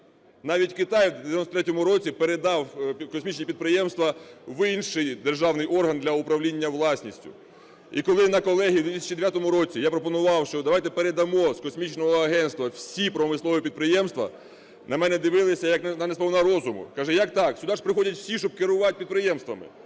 Навіть Китай в 93-му році передав космічні підприємства в інший державний орган для управління власністю. І коли на колегії в 2009 році я пропонував, що давайте передамо з космічного агентства всі промислові підприємства, на мене дивилися як на несповна розуму. Кажуть: "Як так, сюди ж приходять всі, щоб керувати підприємствами".